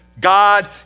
God